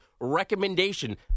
recommendation